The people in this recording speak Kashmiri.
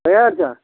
تَیار چھَا